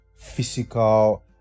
physical